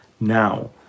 now